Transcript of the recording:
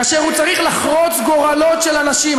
כאשר הוא צריך לחרוץ גורלות של אנשים,